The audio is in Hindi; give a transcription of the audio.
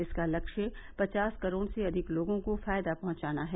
इसका लक्ष्य पचास करोड़ से अधिक लोगों को फायदा पहुंचाना है